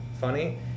Funny